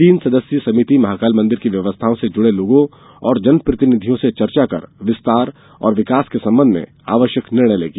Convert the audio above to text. तीन सदस्यीय समिति महाकाल मंदिर की व्यवस्थाओं से जुडे लोगों और जन प्रतिनिधियों से चर्चा कर विकास और विस्तार के संबंध में आवश्यक निर्णय लेगी